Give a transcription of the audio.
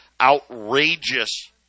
outrageous